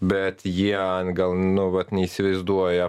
bet jie gal nu vat neįsivaizduoja